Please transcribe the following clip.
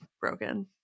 broken